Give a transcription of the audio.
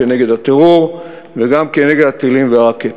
כנגד הטרור וגם כנגד הטילים והרקטות.